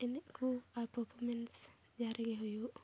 ᱮᱱᱮᱡ ᱠᱚ ᱟᱨ ᱯᱟᱨᱯᱷᱚᱨᱢᱮᱱᱥ ᱡᱟᱦᱟᱸ ᱨᱮᱜᱮ ᱦᱩᱭᱩᱜ